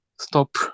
stop